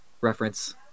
reference